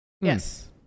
yes